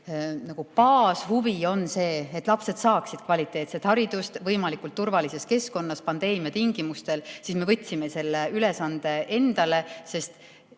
baashuvi on see, et lapsed saaksid kvaliteetset haridust võimalikult turvalises keskkonnas ka pandeemia tingimustes, me võtsime selle ülesande endale. Tol